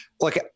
look